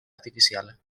artificial